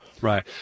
right